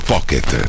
Pocket